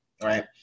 Right